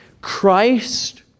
Christ